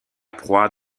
proie